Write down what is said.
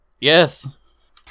Yes